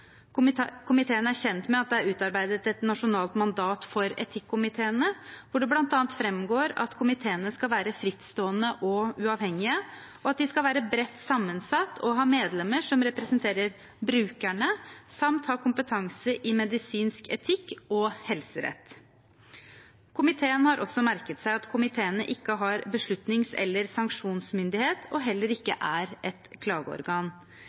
Komiteen er kjent med at det er utarbeidet et nasjonalt mandat for etikkomiteene, hvor det blant annet framgår at komiteene skal være frittstående og uavhengige, og at de skal være bredt sammensatt og ha medlemmer som representerer brukerne, samt ha kompetanse i medisinsk etikk og helserett. Komiteen har også merket seg at komiteene ikke har beslutnings- eller sanksjonsmyndighet og heller ikke er et klageorgan.